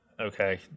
okay